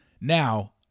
Now